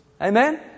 Amen